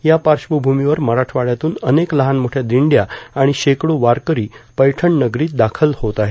या पार्श्वभूमीवर मराठवाड्यातून अनेक लहानमोठ्या दिंड्या आणि शेकडो वारकरी पैठण नगरीत दाखल होत आहेत